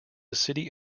city